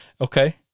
Okay